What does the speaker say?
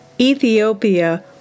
Ethiopia